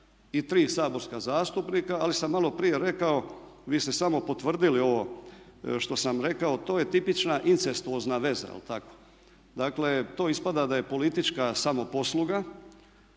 i tri saborska zastupnika, ali sam maloprije rekao vi ste samo potvrdili ovo što sam rekao, to je tipična incestuozna veza jel tako? Dakle to ispada da je politička samoposluga